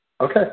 Okay